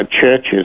churches